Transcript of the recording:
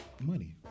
money